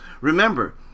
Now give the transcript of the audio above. Remember